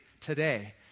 today